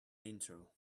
intro